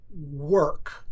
work